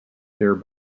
their